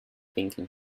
thinking